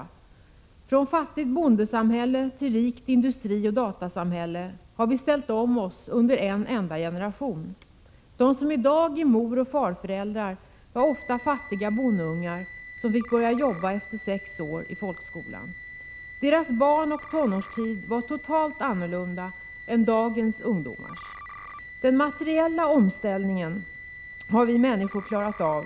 Utvecklingen har gått från ett fattigt bondesamhälle till ett rikt industrioch datasamhälle, och vi har ställt om oss under en enda generation. De som i dag är moroch farföräldrar var i många fall fattiga bondungar som fick börja jobba efter sex år i folkskolan. Deras barnoch tonårstid var totalt annorlunda jämfört med dagens ungdomars. Den materiella omställningen har vi människor klarat av.